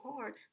hard